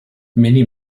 many